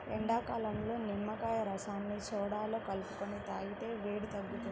ఎండాకాలంలో నిమ్మకాయ రసాన్ని సోడాలో కలుపుకొని తాగితే వేడి తగ్గుతుంది